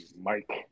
Mike